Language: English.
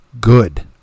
Good